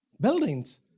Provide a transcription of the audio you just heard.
buildings